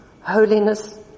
holiness